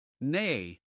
Nay